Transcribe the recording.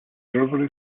river